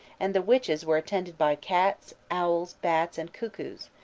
and the witches were attended by cats, owls, bats, and cuckoos,